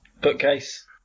Bookcase